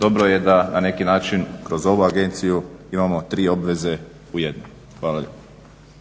dobro je da na neki način kroz ovu agenciju imamo tri obveze u jednu. Hvala